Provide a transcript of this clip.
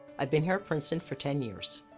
i've been here at princeton for ten years.